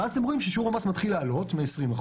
ואז אתם רואים ששיעור המס מתחיל לעלות מ-20%